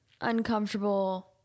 uncomfortable